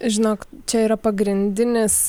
žinok čia yra pagrindinis